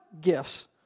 gifts